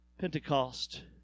pentecost